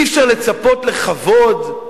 אי-אפשר לצפות לכבוד?